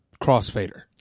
crossfader